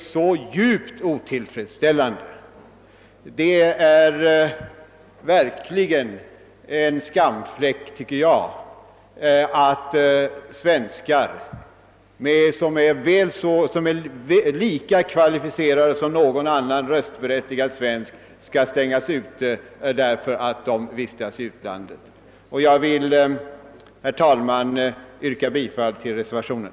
Det är verkligen en skamfläck att svenskar som är lika kvalificerade som varje annan röstberättigad svensk skall avstängas från rösträtten bara därför att de bor i utlandet. Herr talman! Jag yrkar bifall till reservationen.